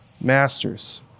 masters